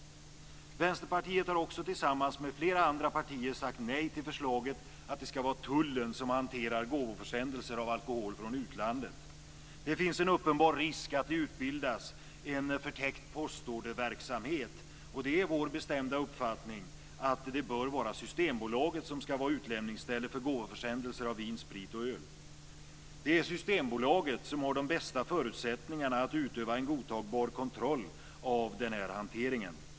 Vänsterpartiet har också tillsammans med flera andra partier sagt nej till förslaget om att det ska vara tullen som hanterar gåvoförsändelser av alkohol från utlandet. Det finns en uppenbar risk att det utbildas en förtäckt postorderverksamhet. Det är vår bestämda uppfattning att det bör vara Systembolaget som ska vara utlämningsställe för gåvoförsändelser av vin, sprit och öl. Det är Systembolaget som har de bästa förutsättningarna att utöva en godtagbar kontroll av denna hantering.